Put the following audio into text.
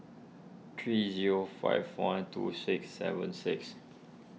three zero five one two six seven six